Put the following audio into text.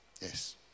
yes